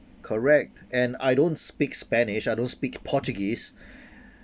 correct and I don't speak spanish I don't speak portuguese